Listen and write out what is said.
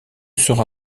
sera